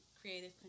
creative